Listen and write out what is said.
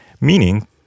Meaning